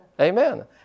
Amen